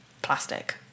plastic